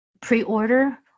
pre-order